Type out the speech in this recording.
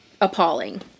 appalling